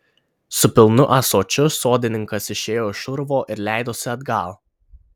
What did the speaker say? su pilnu ąsočiu sodininkas išėjo iš urvo ir leidosi atgal